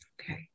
Okay